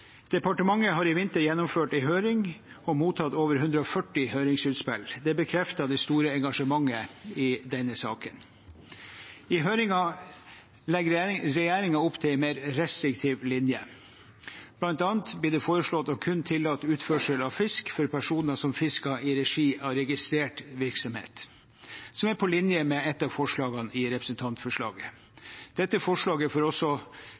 Departementet har i vinter gjennomført en høring og mottatt over 140 høringsinnspill – det bekrefter det store engasjementet i denne saken. I høringen legger regjeringen opp til en mer restriktiv linje. Blant annet blir det foreslått kun å tillate utførsel av fisk for personer som fisker i regi av registrert virksomhet – som er på linje med et av forslagene i representantforslaget. Dette forslaget får også